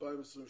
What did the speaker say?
ב-2022